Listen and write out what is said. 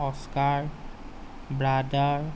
oskar brother